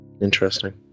Interesting